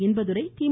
Inbadurai தி